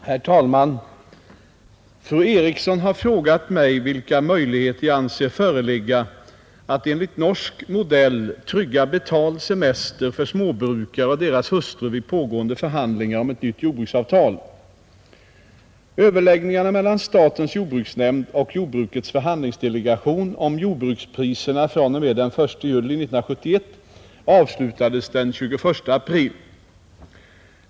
Herr talman! Fru Eriksson i Stockholm har frågat mig vilka möjligheter jag anser föreligga att enligt norsk modell trygga betald semester för småbrukare och deras hustrur vid pågående förhandlingar om ett nytt jordbruksavtal. Överläggningarna mellan statens jordbruksnämnd och jordbrukets förhandlingsdelegation om jordbrukspriserna fr.o.m. den 1 juli 1971 avslutades den 21 april.